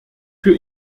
für